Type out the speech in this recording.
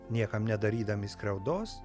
niekam nedarydami skriaudos